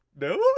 No